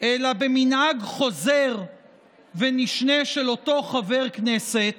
אלא במנהג חוזר ונשנה של אותו חבר כנסת,